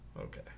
okay